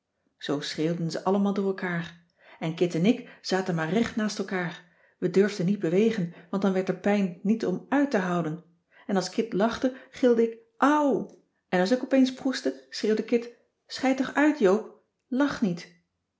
zoo schreeuwden ze allemaal door elkaar en kit en ik zaten maar recht naast elkaar we durfden niet bewegen want dan werd de pijn niet om uittehouden en als kit lachte gilde ik au en als ik op eens proestte schreeuwde kit schei toch uit joop lach niet